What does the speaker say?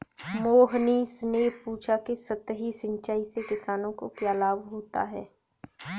मोहनीश ने पूछा कि सतही सिंचाई से किसानों को क्या लाभ होता है?